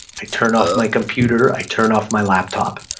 i turn off my computer, i turn off my laptop.